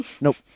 nope